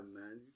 man